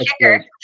kicker